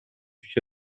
sich